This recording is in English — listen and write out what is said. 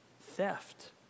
theft